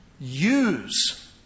use